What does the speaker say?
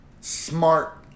smart